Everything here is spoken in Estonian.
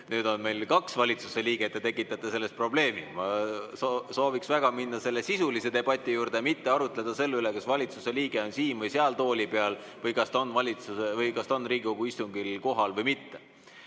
Nüüd on meil siin kaks valitsuse liiget ja te tekitate sellest probleemi. Ma sooviksin väga minna sisulise debati juurde, mitte arutleda selle üle, kas valitsuse liige on siin või seal tooli peal või kas ta on Riigikogu istungil kohal või mitte.